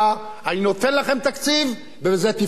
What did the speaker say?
אני נותן לכם תקציב ועם זה תפעלו.